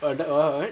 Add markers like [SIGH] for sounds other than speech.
[LAUGHS]